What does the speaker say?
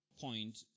point